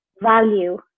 value